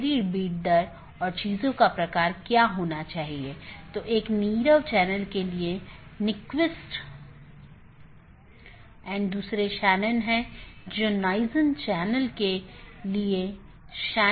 सबसे अच्छा पथ प्रत्येक संभव मार्गों के डोमेन की संख्या की तुलना करके प्राप्त किया जाता है